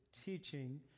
teaching